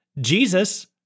Jesus